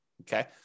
Okay